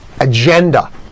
agenda